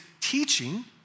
teaching